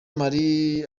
marie